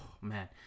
man